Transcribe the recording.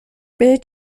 بهت